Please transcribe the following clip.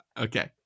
Okay